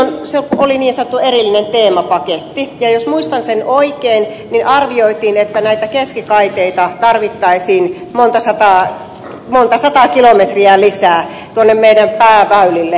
silloin oli niin sanottu erillinen teemapaketti ja jos muistan sen oikein arvioitiin että näitä keskikaiteita tarvittaisiin monta sataa kilometriä lisää tuonne meidän pääväylillemme